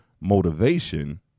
motivation